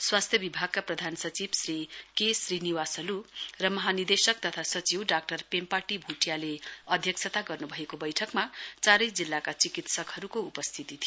स्वास्थ्य विभागका प्रधान सचिव श्री के श्रीनिवासल् र महानिदेशक तथा सिचिव डाक्टर पेम्पा टी भ्टियाले अध्यक्षता गर्नुभएको बैठकमा चारै जिल्लाका चिकित्सकहरूको उपस्थिती थियो